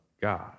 God